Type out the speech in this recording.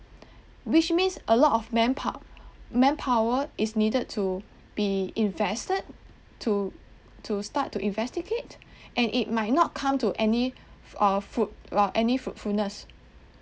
which means a lot of manpow~ manpower is needed to be invested to to start to investigate and it might not come to any uh fruit~ err any fruitfulness